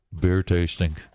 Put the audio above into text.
beer-tasting